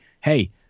Hey